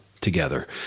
together